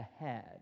ahead